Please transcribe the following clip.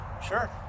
sure